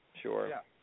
sure